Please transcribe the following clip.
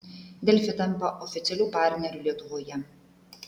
delfi tampa oficialiu partneriu lietuvoje